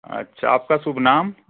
अच्छा आपका शुभ नाम